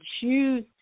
choose